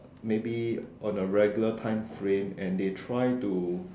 maybe on a regular time frame and they try to